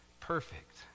perfect